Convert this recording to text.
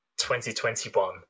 2021